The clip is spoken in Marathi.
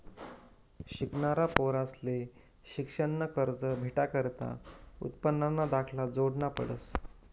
शिकनारा पोरंसले शिक्शननं कर्ज भेटाकरता उत्पन्नना दाखला जोडना पडस